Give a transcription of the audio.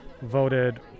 voted